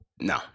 No